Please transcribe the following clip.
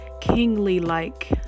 kingly-like